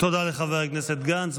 תודה לחבר הכנסת גנץ,